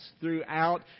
throughout